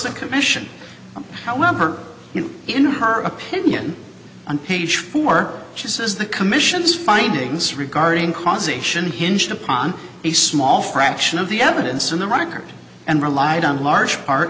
the commission however in her opinion on page four she says the commission's findings regarding causation hinged upon a small fraction of the evidence in the right card and relied on large part